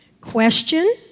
Question